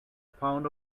pound